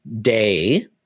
Day